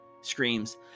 screams